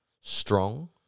strong